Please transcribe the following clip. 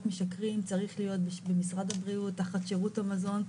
משכרים צריך להיות במשרד הבריאות תחת שירות המזון,